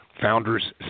founders